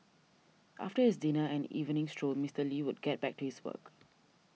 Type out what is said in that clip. after his dinner and evening stroll Mister Lee would get back to his work